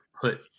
put